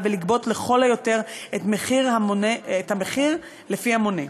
ולגבות לכל היותר את המחיר לפי המונה.